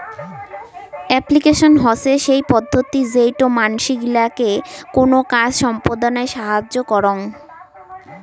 application হসে সেই পদ্ধতি যেইটো মানসি গিলাকে কোনো কাজ সম্পদনায় সাহায্য করং